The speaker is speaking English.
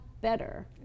better